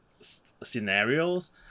scenarios